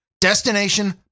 Destination